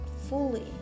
fully